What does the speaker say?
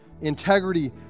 integrity